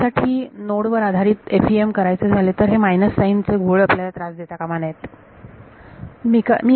2D साठी node वर आधारित FEM करायचे झाले तर हे मायनस साइन चे घोळ आपल्याला त्रास देता कामा नये